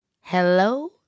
Hello